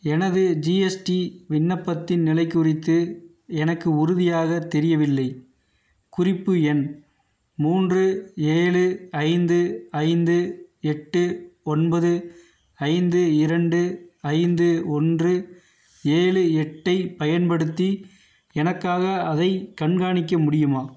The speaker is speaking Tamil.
எனது ஜிஎஸ்டி விண்ணப்பத்தின் நிலை குறித்து எனக்கு உறுதியாக தெரியவில்லை குறிப்பு எண் மூன்று ஏழு ஐந்து ஐந்து எட்டு ஒன்பது ஐந்து இரண்டு ஐந்து ஒன்று ஏழு எட்டைப் பயன்படுத்தி எனக்காக அதைக் கண்காணிக்க முடியுமா